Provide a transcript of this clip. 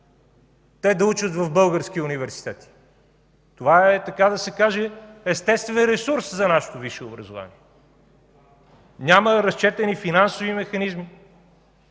те да учат в български университети? Това е, така да се каже, естественият ресурс за нашето висше образование. Няма разчетени финансови механизми,